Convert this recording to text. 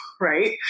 right